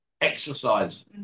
exercise